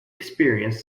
experience